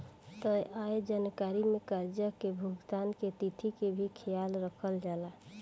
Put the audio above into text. तय आय जानकारी में कर्जा के भुगतान के तिथि के भी ख्याल रखल जाला